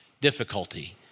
difficulty